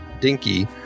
dinky